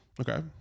okay